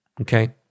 Okay